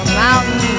mountain